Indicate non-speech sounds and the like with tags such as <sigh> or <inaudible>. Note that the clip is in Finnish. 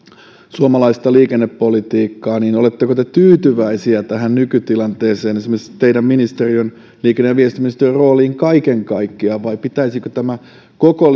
suomalaista liikennepolitiikkaa niin oletteko te tyytyväinen tähän nykytilanteeseen esimerkiksi teidän ministeriön liikenne ja viestintäministeriön rooliin kaiken kaikkiaan vai pitäisikö tämän koko <unintelligible>